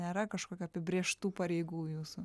nėra kažkokių apibrėžtų pareigų jūsų